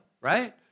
right